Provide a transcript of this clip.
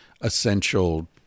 essential